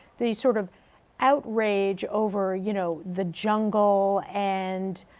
the sort of outrage over, you know, the jungle and